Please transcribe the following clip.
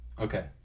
Okay